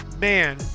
man